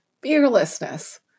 fearlessness